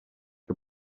che